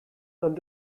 ond